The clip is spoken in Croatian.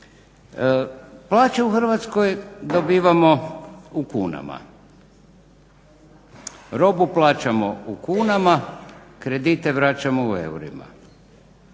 Plaće u Hrvatskoj dobivamo u kunama, robu plaćamo u kunama, kredite vraćamo u eurima.